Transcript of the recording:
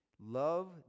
Love